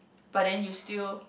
but then you still